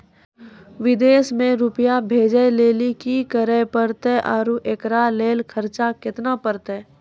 विदेश मे रुपिया भेजैय लेल कि करे परतै और एकरा लेल खर्च केना परतै?